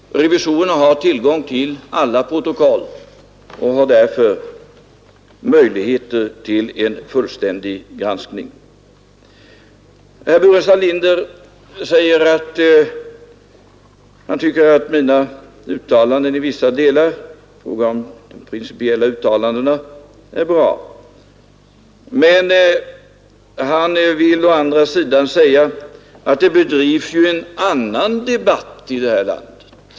Revisorerna har tillgång till alla protokoll, och därmed har de möjligheter att göra en fullständig granskning. Sedan tyckte herr Burenstam Linder att mina principiella uttalanden i vissa delar var bra. Men han säger å andra sidan att det förs en annan debatt här i landet.